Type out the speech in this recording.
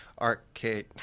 arcade